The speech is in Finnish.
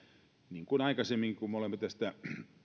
niin kuin aikaisemminkin kun me olemme tästä